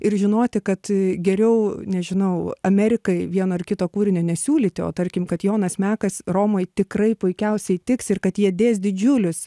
ir žinoti kad geriau nežinau amerikai vieno ar kito kūrinio nesiūlyti o tarkim kad jonas mekas romoj tikrai puikiausiai tiks ir kad jie dės didžiulius